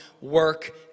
work